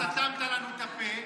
בישיבות ובכנסים סתמת לנו את הפה,